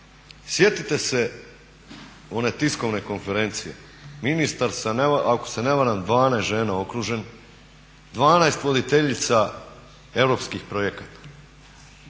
Sjetite se one tiskovne konferencije, ministar ako se ne varam sa 12 žena okružen, 12 voditeljica europskih projekata.